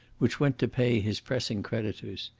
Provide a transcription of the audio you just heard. which went to pay his pressing creditors.